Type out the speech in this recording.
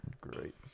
great